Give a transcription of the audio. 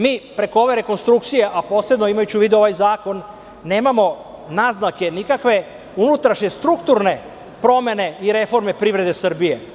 Mi preko ove rekonstrukcije, a posebno imajući u vidu ovaj zakon, nemamo nikakve naznake unutrašnje strukturne promene i reforme privrede Srbije.